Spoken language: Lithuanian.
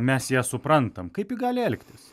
mes ją suprantam kaip ji gali elgtis